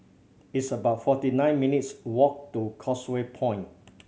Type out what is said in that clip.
it's about forty nine minutes' walk to Causeway Point